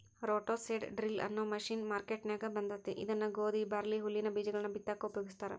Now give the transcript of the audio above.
roto seed drill ಅನ್ನೋ machine ಮಾರ್ಕೆನ್ಯಾಗ ಬಂದೇತಿ ಇದನ್ನ ಗೋಧಿ, ಬಾರ್ಲಿ, ಹುಲ್ಲಿನ ಬೇಜಗಳನ್ನ ಬಿತ್ತಾಕ ಉಪಯೋಗಸ್ತಾರ